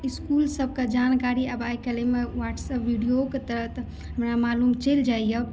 इसकुल सभकेँ जानकारी अब आइकाल्हि एहिमे वॉट्सएप विडियो केँ तहत हमरा मालूम चलि जाइया